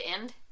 end